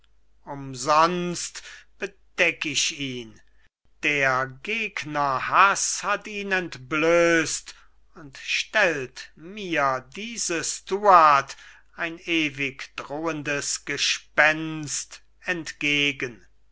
umsonst bedeck ich ihn der gegner haß hat ihn entblößt und stellt mir diese stuart ein ewig drohendes gespenst entgegen